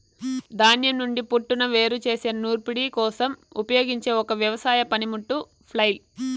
ధాన్యం నుండి పోట్టును వేరు చేసే నూర్పిడి కోసం ఉపయోగించే ఒక వ్యవసాయ పనిముట్టు ఫ్లైల్